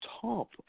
top